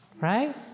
Right